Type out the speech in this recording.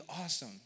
awesome